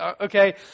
okay